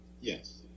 Yes